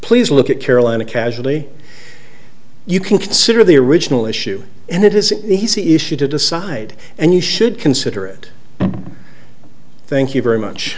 please look at carolina casually you can consider the original issue and that is the see issue to decide and you should consider it thank you very much